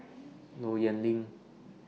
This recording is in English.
Low Yen Ling